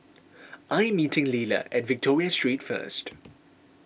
I am meeting Lila at Victoria Street first